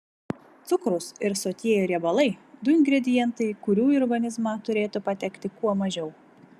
cukrus ir sotieji riebalai du ingredientai kurių į organizmą turėtų patekti kuo mažiau